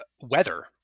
weather